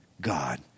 God